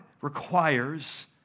requires